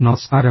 നമസ്കാരം